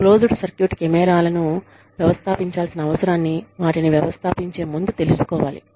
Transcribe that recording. closed circuit కెమెరాలను వ్యవస్థాపించవలసిన అవసరాన్ని వాటిని వ్యవస్థాపించే ముందు తెలుసుకోవాలి